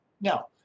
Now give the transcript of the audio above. Now